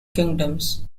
kingdoms